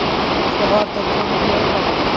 আবহাওয়ার তথ্য আমি কিভাবে পাবো?